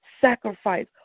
sacrifice